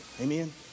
Amen